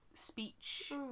speech